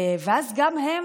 ואז גם הם,